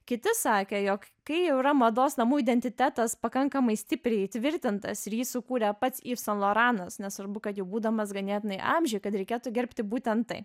kiti sakė jog kai jau yra mados namų identitetas pakankamai stipriai įtvirtintas ir jį sukūrė pats san loranas nesvarbu kad jau būdamas ganėtinai amžiuj kad reikėtų gerbti būtent tai